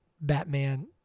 Batman